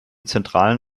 zentralen